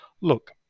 look